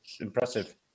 impressive